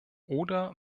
oder